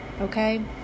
okay